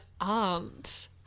aunt